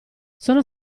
sono